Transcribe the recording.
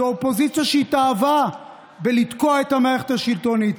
זו אופוזיציה שהתאהבה בלתקוע את המערכת השלטונית.